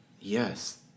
Yes